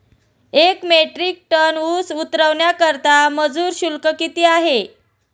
एक metric tonne ऊस उतरवण्याकरता मजूर शुल्क किती आहे?